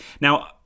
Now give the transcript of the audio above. Now